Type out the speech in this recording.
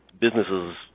businesses